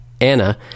anna